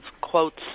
quotes